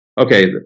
Okay